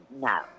No